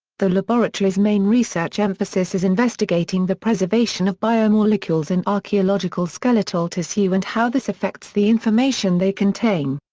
the laboratories main research emphasis is investigating the preservation of biomolecules in archaeological skeletal tissue and how this affects the information they contain.